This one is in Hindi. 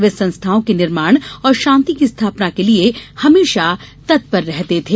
वे संस्थाओं के निर्माण और शांति की स्थापना के लिये हमेशा तत्पर रहते थे